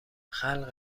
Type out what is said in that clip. خلق